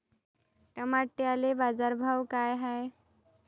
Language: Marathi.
टमाट्याले बाजारभाव काय हाय?